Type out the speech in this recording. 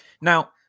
Now